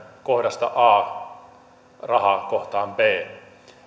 kohdasta a kohtaan b